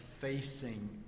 facing